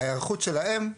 ההיערכות שלהם,